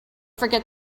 forget